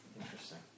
Interesting